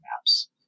maps